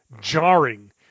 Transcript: jarring